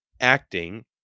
acting